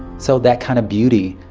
so that kind of beauty,